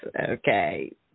Okay